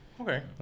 Okay